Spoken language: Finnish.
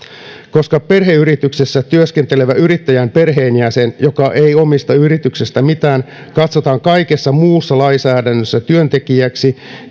koska perheyrityksessä työskentelevän yrittäjän perheenjäsen joka ei omista yrityksestä mitään katsotaan kaikessa muussa lainsäädännössä työntekijäksi